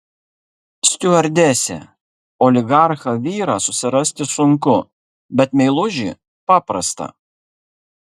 stiuardesė oligarchą vyrą susirasti sunku bet meilužį paprasta